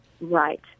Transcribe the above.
Right